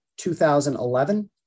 2011